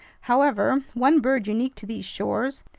however, one bird unique to these shores,